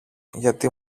γιατί